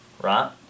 right